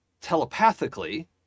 telepathically